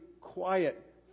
quiet